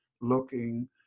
looking